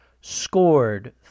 scored